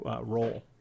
role